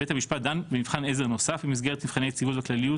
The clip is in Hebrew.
בית המשפט דן במבחן עזר נוסף במסגרת מבחני הכלליות,